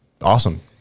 awesome